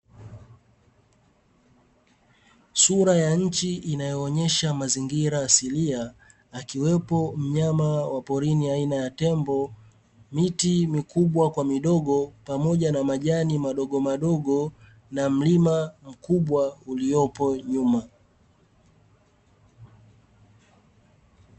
Sura ya nchi inayoonyesha mazingira asilia akiwepo mnyama wa porini aina ya tembo, miti mikubwa kwa midogo, pamoja na majani madogo madogo na mlima mkubwa uliopo nyuma.